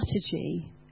strategy